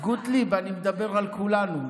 גוטליב, אני מדבר על כולנו.